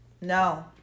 No